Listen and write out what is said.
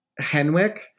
henwick